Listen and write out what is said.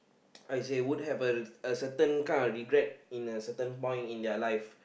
would have a a certain kind of regret in a certain point in their life